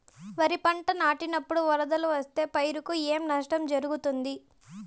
వరిపంట నాటినపుడు వరదలు వస్తే పైరుకు ఏమి నష్టం జరుగుతుంది?